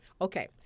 Okay